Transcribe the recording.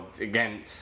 Again